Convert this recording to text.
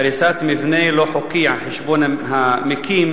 (הריסת מבנה לא חוקי על חשבון המקים),